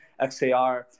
XAR